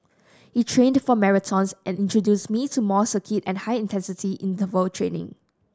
he trained for marathons and introduced me to more circuit and high intensity interval training